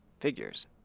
Figures